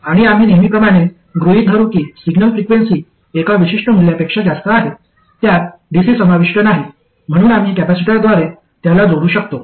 आणि आम्ही नेहमीप्रमाणे गृहित धरू की सिग्नल फ्रिक्वेन्सी एका विशिष्ट मूल्यापेक्षा जास्त आहे त्यात डीसी समाविष्ट नाही म्हणून आम्ही कॅपेसिटरद्वारे त्याला जोडू शकतो